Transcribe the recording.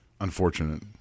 Unfortunate